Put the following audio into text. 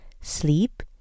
sleep